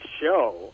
show